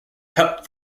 cup